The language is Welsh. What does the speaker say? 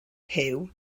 huw